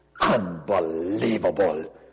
Unbelievable